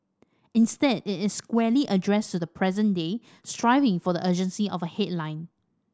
instead it is squarely addressed to the present day striving for the urgency of a headline